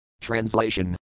Translation